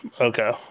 Okay